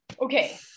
Okay